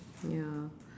ya